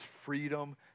freedom